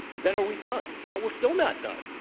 then are we done? no, we're still not done,